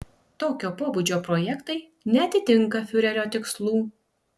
tokio pobūdžio projektai neatitinka fiurerio tikslų